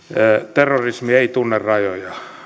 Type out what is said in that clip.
terrorismi ei tunne rajoja